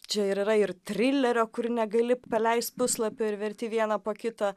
čia ir yra ir trilerio kur negali praleisti puslapių ir verti vieną po kito